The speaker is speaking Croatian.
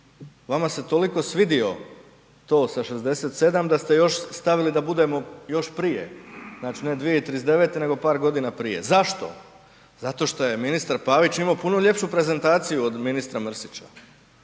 Vama se toliko svidio to sa 67 da ste još stavili da budemo još prije, znači ne 2039. nego par godina prije, zašto? Zato šta je ministar Pavića imao puno ljepšu prezentaciju od ministra Mrsića.